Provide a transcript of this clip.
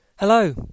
Hello